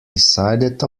decided